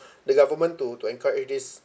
the government to to encourage this